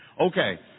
okay